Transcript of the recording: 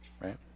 right